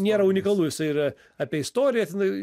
nėra unikalu jisai yra apie istoriją tenai